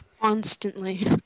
Constantly